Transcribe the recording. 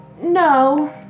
no